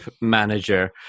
manager